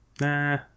Nah